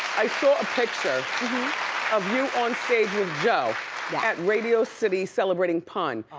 i saw a picture of you onstage with joe at radio city celebrating pun,